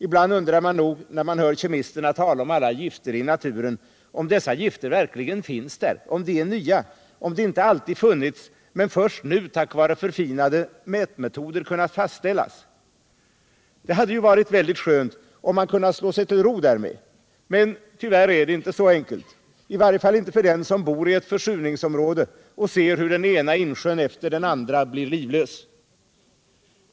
Ibland undrar man nog, när man hör kemisterna tala om alla gifter i naturen, om dessa verkligen är nya — om de inte alltid funnits men först nu tack vare förfinade mätmetoder kunnat fastställas. Det vore bra skönt, om man kunnat slå sig till ro därmed, men så enkelt är det tyvärr inte, i vart fall inte för den som bor i ett försurningsområde och ser hur den ena insjön efter den andra blir livlös.